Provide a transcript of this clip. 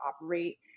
operate